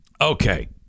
Okay